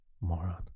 Moron